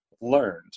learned